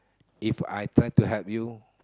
If I try to help you